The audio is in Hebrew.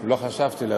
ולא חשבתי לרדת,